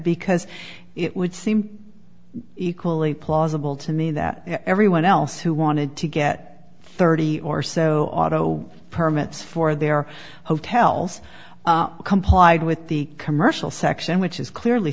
because it would seem equally plausible to me that everyone else who wanted to get thirty or so auto permits for their hotels complied with the commercial section which is clearly